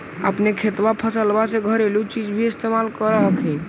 अपने खेतबा फसल्बा मे घरेलू चीज भी इस्तेमल कर हखिन?